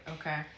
okay